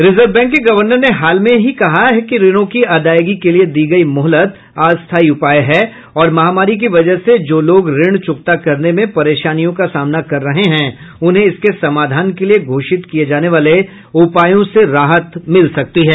reserve bank के गवर्नर ने हाल में कहा है कि ऋणों की अदायगी के लिए दी गयी मोहलत अस्थायी उपाय है और महामारी की वजह से जो लोग ऋण चुकता करने में परेशानियों का सामना कर रहे हैं उन्हें इसके समाधान के लिए घोषित किये जाने वाले उपायों से राहत मिल सकती है